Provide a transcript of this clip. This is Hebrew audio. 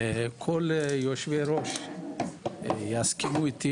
כל יושבי הראש יסכימו איתי